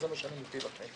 זה מה שאני מביא לכם